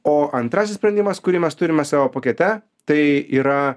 o antrasis sprendimas kurį mes turime savo pakete tai yra